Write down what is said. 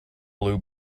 blue